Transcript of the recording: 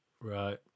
right